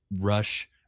rush